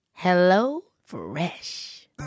HelloFresh